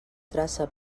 traça